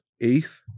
eighth